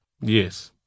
Yes